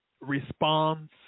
response